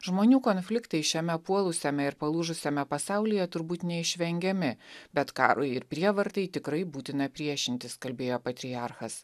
žmonių konfliktai šiame puolusiame ir palūžusiame pasaulyje turbūt neišvengiami bet karui ir prievartai tikrai būtina priešintis kalbėjo patriarchas